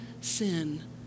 sin